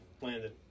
landed